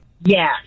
Yes